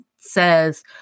says